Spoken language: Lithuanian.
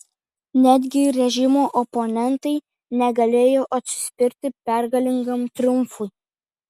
netgi režimo oponentai negalėjo atsispirti pergalingam triumfui